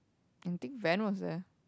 and think Van was there